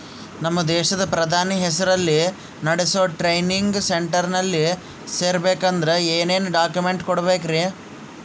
ನಮ್ಮ ದೇಶದ ಪ್ರಧಾನಿ ಹೆಸರಲ್ಲಿ ನೆಡಸೋ ಟ್ರೈನಿಂಗ್ ಸೆಂಟರ್ನಲ್ಲಿ ಸೇರ್ಬೇಕಂದ್ರ ಏನೇನ್ ಡಾಕ್ಯುಮೆಂಟ್ ಕೊಡಬೇಕ್ರಿ?